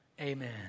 Amen